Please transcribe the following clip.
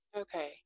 Okay